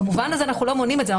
במובן זה אנחנו לא מונעים את זה.